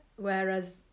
Whereas